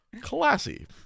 Classy